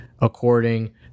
according